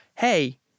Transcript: Hey